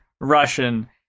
Russian